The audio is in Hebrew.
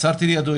עצרתי לידו,